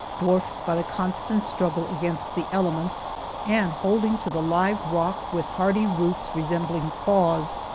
dwarfed by the constant struggle against the elements and holding to the live rock with hardy roots resembling claws,